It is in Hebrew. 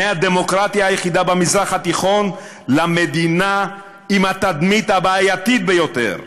מהדמוקרטיה היחידה במזרח התיכון למדינה עם התדמית הבעייתית ביותר.